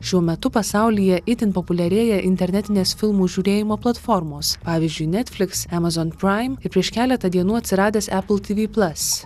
šiuo metu pasaulyje itin populiarėja internetinės filmų žiūrėjimo platformos pavyzdžiui netfliks emazon praim ir prieš keletą dienų atsiradęs epal ty vy plas